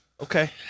Okay